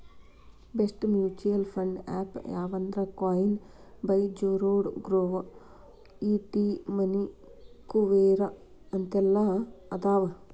best mutual fund apps ಯಾವಂದ್ರಾ coin by Zerodha Groww ET money Kuvera ಅಂತೆಲ್ಲಾ ಅದಾವ